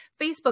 Facebook